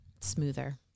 smoother